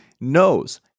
knows